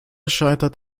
scheitert